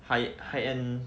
hi high end